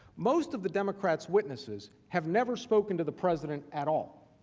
most of the democrat witnesses have never spoken to the president at all.